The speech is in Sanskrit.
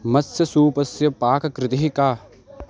मत्स्यसूपस्य पाककृतिः का